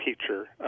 teacher